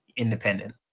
independent